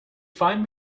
find